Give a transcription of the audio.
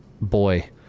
boy